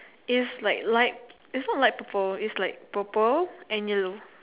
is like light is not light purple is like purple and yellow